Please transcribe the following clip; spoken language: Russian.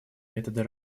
методы